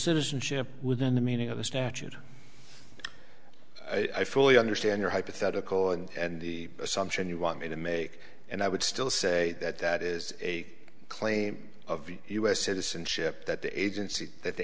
citizenship within the meaning of the statute i fully understand your hypothetical and the assumption you want me to make and i would still say that that is a claim of u s citizenship that the agency that the